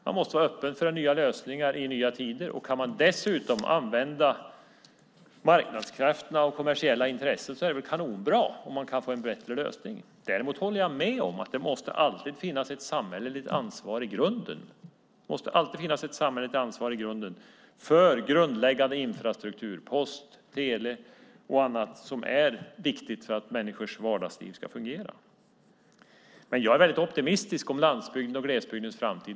Man måste vara öppen för nya lösningar i nya tider. Kan man dessutom använda marknadskrafterna och kommersiella intressen är det väl kanonbra, om man kan få en bättre lösning. Däremot håller jag med om att det alltid måste finnas ett samhälleligt ansvar i grunden för grundläggande infrastruktur: post, tele och annat som är viktigt för att människors vardagsliv ska fungera. Jag är väldigt optimistisk om landsbygdens och glesbygdens framtid.